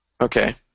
Okay